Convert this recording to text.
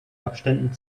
abständen